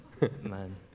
man